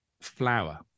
flour